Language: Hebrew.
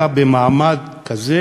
אתה במעמד כזה,